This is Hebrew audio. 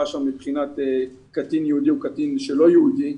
מבחינת קטין יהודי או קטין שהוא לא יהודי,